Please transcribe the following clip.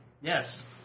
Yes